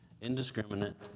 Indiscriminate